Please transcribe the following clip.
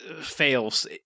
fails